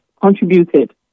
contributed